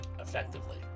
effectively